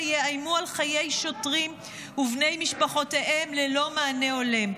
יאיימו על חיי שוטרים ובני משפחותיהם ללא מענה הולם.